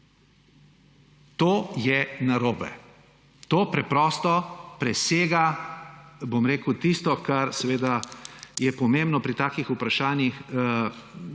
To je narobe. To preprosto presega tisto, kar seveda je pomembno pri takih vprašanjih.